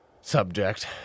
subject